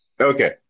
Okay